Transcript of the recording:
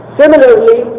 similarly